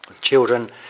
Children